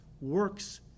works